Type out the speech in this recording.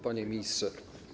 Panie Ministrze!